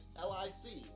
l-i-c